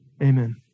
amen